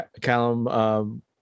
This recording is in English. Callum